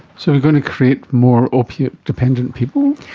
so we're going to create more opiate dependent people?